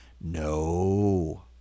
No